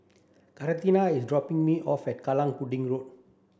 Katharina is dropping me off at Kallang Pudding Road